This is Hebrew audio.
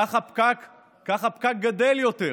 כך הפקק גדל יותר,